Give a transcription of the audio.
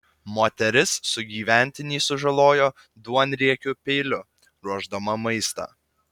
moteris sugyventinį sužalojo duonriekiu peiliu ruošdama maistą